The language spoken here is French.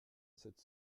sept